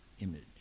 image